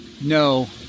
No